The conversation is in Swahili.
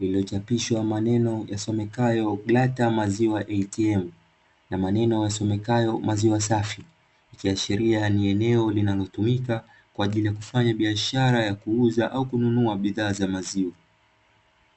iliyochapishwa maneno yasomekayo "Brata maziwa ATM " na yasomekayo maziwa safi, ikiashiria ni eneo linalotumika kwa ajili ya kufanya biashara ya kuuza au kununua bidhaa za maziwa.